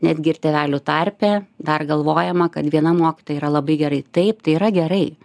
netgi ir tėvelių tarpe dar galvojama kad viena mokytoja yra labai gerai taip tai yra gerai